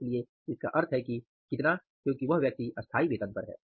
इसलिए इसका अर्थ है कि कितना क्योकि वह व्यक्ति स्थायी वेतन पर है